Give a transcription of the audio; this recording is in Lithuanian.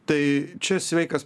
tai čia sveikas